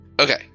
Okay